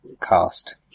cast